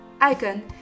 ICON